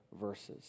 verses